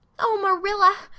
oh, marilla,